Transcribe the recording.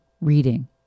reading